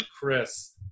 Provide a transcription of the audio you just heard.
Chris